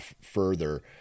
further